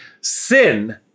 sin